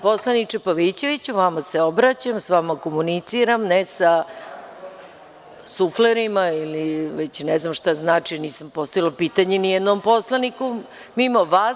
Poslaniče Pavićeviću, vama se obraćam, s vama komuniciram, ne sa suflerima ili ne znam šta znači, nisam postavila pitanje nijednom poslaniku mimo vas.